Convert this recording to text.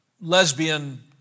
lesbian